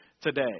today